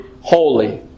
holy